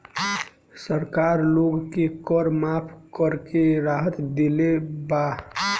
सरकार लोग के कर माफ़ करके राहत देले बा